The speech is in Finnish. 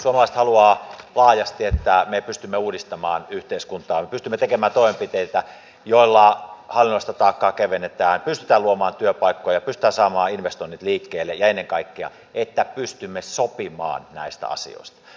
suomalaiset haluavat laajasti että me pystymme uudistamaan yhteiskuntaa me pystymme tekemään toimenpiteitä joilla hallinnollista taakkaa kevennetään pystymme luomaan työpaikkoja pystymme saamaan investoinnit liikkeelle ja ennen kaikkea että pystymme sopimaan näistä asioista